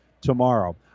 tomorrow